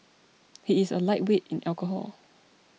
he is a lightweight in alcohol